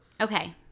Okay